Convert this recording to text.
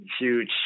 huge